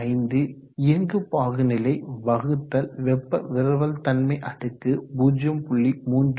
5 இயங்கு பாகுநிலை வகுத்தல் வெப்ப விரவல்தன்மையின் அடுக்கு 0